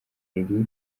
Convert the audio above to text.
riri